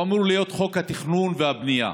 הוא אמור להיות חוק התכנון והבנייה,